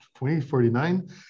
2049